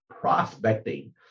prospecting